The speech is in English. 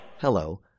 Hello